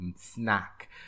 snack